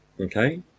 Okay